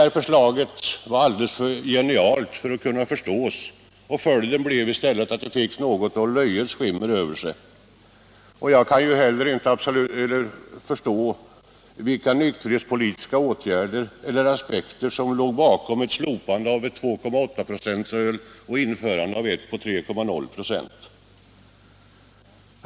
Det förslaget var alldeles för ”genialt” för att kunna förstås —- och följden blev i stället att det fick något av löjets skimmer över sig. Jag kan absolut inte förstå vilka nykterhetspolitiska aspekter som låg bakom ett slopande av ett öl på 2,8 96 och införande av ett på 3,0 96.